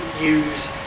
use